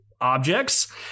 objects